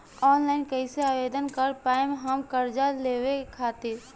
Online कइसे आवेदन कर पाएम हम कर्जा लेवे खातिर?